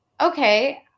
okay